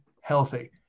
healthy